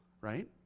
right